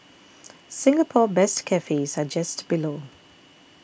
Singapore best cafes are just below